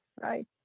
right